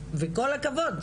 הכבוד,